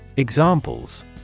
Examples